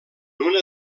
una